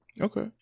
Okay